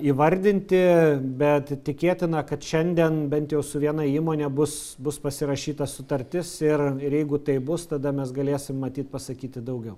įvardinti bet tikėtina kad šiandien bent jau su viena įmone bus bus pasirašyta sutartis ir ir jeigu taip bus tada mes galėsim matyt pasakyti daugiau